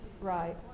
right